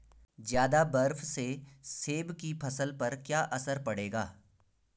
ज़्यादा बर्फ से सेब की फसल पर क्या असर पड़ेगा?